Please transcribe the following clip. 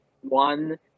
one